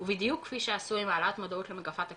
ובדיוק כפי שעשו עם העלאת למודעות במגפת הקורונה,